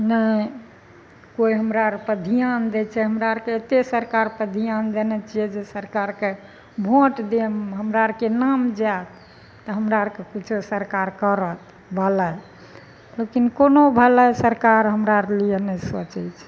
नहि कोइ हमरा आरपर ध्यान दै छै हमरा आरके एते सरकारपर ध्यान देने छियै जे सरकारके भोट देम हमरा आरके नाम जाएत तऽ हमरा आरके किछो सरकार करत भलाइ लेकिन कोनो भलाइ सरकार हमरा आर लिए नहि सोचै छै